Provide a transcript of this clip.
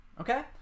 Okay